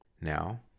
Now